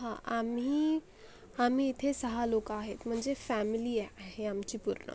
हा आम्ही आम्ही इथे सहा लोकं आहेत म्हणजे फॅमिली आहे ही आमची पूर्ण हो